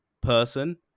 person